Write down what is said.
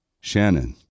Shannon